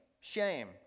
shame